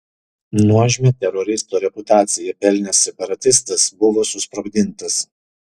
nuožmią teroristo reputaciją pelnęs separatistas buvo susprogdintas